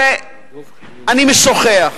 הרי אני משוחח,